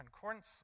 concordance